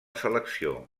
selecció